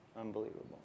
Unbelievable